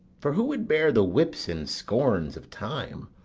for who would bear the whips and scorns of time,